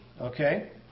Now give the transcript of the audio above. okay